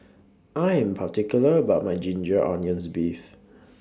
I Am particular about My Ginger Onions Beef